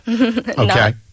Okay